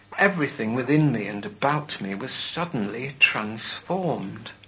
everything within me and about me was suddenly transformed!